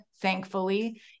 thankfully